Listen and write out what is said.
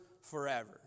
forever